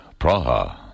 Praha